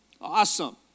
Awesome